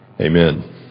Amen